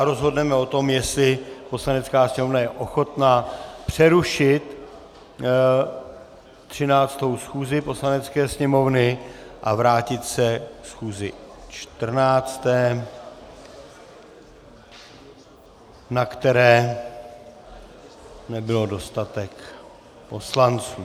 Rozhodneme o tom, jestli je Poslanecká sněmovna ochotna přerušit 13. schůzi Poslanecké sněmovny a vrátit se ke schůzi 14., na které nebyl dostatek poslanců.